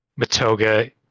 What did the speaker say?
Matoga